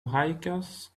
hikers